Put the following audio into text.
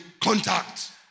contact